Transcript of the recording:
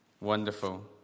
Wonderful